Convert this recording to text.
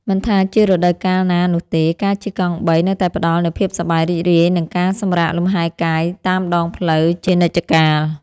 មិនថាជារដូវកាលណានោះទេការជិះកង់បីនៅតែផ្តល់នូវភាពសប្បាយរីករាយនិងការសម្រាកលំហែកាយតាមដងផ្លូវជានិច្ចកាល។